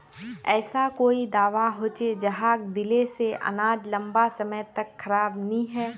ऐसा कोई दाबा होचे जहाक दिले से अनाज लंबा समय तक खराब नी है?